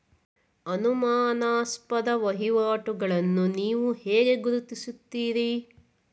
ಅನುಮಾನಾಸ್ಪದ ವಹಿವಾಟುಗಳನ್ನು ನೀವು ಹೇಗೆ ಗುರುತಿಸುತ್ತೀರಿ?